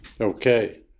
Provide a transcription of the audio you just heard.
okay